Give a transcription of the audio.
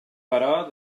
però